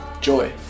joy